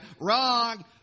Wrong